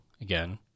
Again